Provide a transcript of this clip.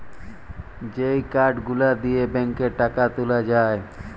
যেই কার্ড গুলা দিয়ে ব্যাংকে টাকা তুলে যায়